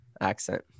accent